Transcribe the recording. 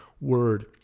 word